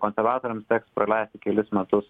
konservatoriams teks praleisti kelis metus